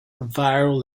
viral